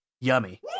Yummy